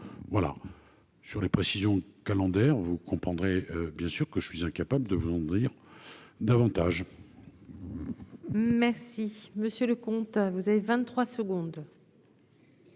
voilà sur les précisions calendaire, vous comprendrez bien sûr que je suis incapable de vous en dire davantage. Merci monsieur le comte ah vous avez 23 secondes.